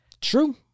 True